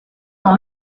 dans